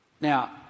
Now